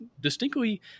distinctly